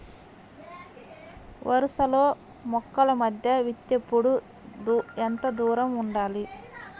వరసలలో మొక్కల మధ్య విత్తేప్పుడు ఎంతదూరం ఉండాలి?